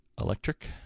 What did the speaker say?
electric